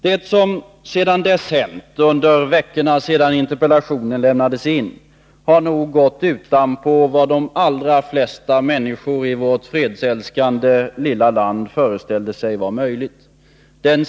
Det som har hänt under veckorna efter det att interpellationen lämnades in har nog gått utanpå vad de allra flesta människor i vårt fredsälskande lilla land föreställt sig vara möjligt.